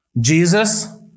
Jesus